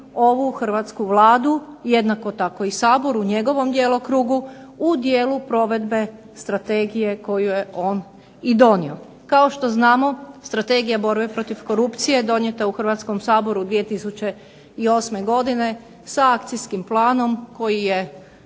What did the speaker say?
ovu hrvatsku Vladu, jednako tako i Sabor u njegovom djelokrugu u dijelu provedbe strategije koju je on i donio. Kao što znamo, Strategija borbe protiv korupcije donijeta je u Hrvatskom sabori 2008. godine sa akcijskim planom koji je